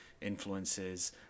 influences